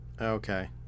Okay